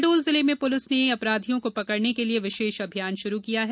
शहडोल जिले में पुलिस ने अपराधियों को पकड़ने के लिए विशेष अभियान शुरू किया है